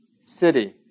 city